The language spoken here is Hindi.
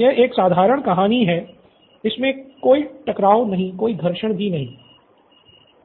ये एक साधारण सी कहानी है जिसमे कोई जिसमे कोई टकराव नहीं कोई घर्षण नहीं कुछ भी नहीं